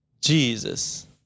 Jesus